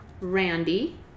Randy